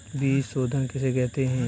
बीज शोधन किसे कहते हैं?